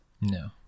No